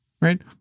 right